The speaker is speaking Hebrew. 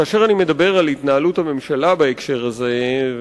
כאשר אני מדבר על התנהלות הממשלה בהקשר הזה,